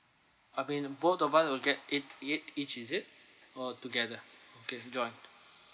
I mean um both of us will get eight it eight each is it or together or can it join